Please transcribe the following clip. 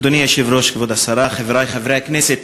אדוני היושב-ראש, כבוד השרה, חברי חברי הכנסת,